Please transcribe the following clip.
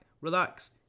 relax